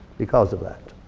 because of that.